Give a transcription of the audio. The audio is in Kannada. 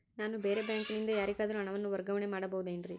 ನಾನು ಬೇರೆ ಬ್ಯಾಂಕಿನಿಂದ ಯಾರಿಗಾದರೂ ಹಣವನ್ನು ವರ್ಗಾವಣೆ ಮಾಡಬಹುದೇನ್ರಿ?